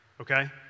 okay